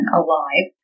alive